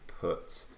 put